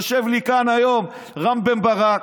יושב לי כאן היום רם בן ברק.